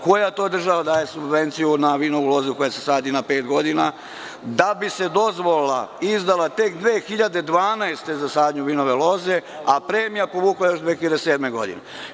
Koja to država daje subvencije na vinovu lozu koja se sadi na pet godina, da bi se dozvola izdala tek 2012. godine za sadnju vinove loze, a premija povukla još 2007. godine?